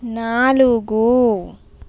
నాలుగు